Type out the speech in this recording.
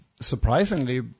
surprisingly